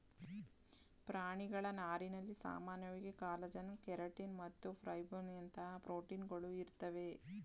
ಪ್ರಾಣಿಗಳ ನಾರಿನಲ್ಲಿ ಸಾಮಾನ್ಯವಾಗಿ ಕಾಲಜನ್ ಕೆರಟಿನ್ ಮತ್ತು ಫೈಬ್ರೋಯಿನ್ನಂತಹ ಪ್ರೋಟೀನ್ಗಳು ಇರ್ತವೆ